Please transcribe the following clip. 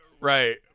right